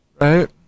Right